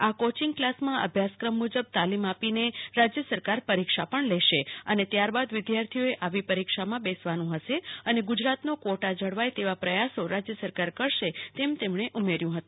આ કોચિંગ ક્લાસમાં અભ્યાસક્રમ મુજબ તાલીમ આપીને રાજ્ય સરકાર પરીક્ષા લેશે અને ત્યારબાદ વિદ્યાર્થીઓએ આવી પરીક્ષામાં બેસશે અને ગુજરાતનો કર્વોટા જળવાય એવા પ્રયાસો રાજ્ય સરકાર કરશે તેમ તેમણે ઉમેર્યુ હતું